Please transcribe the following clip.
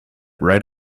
right